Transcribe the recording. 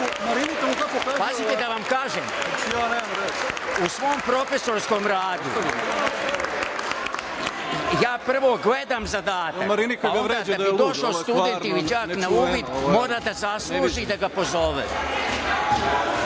da vam kažem, u svom profesorskom radu ja prvo gledam zadatak, a onda da bi došao student ili đak na uvid mora da zasluži da ga pozovem.